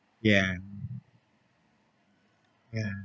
ya ya